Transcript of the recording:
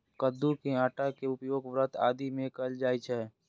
कट्टू के आटा के उपयोग व्रत आदि मे कैल जाइ छै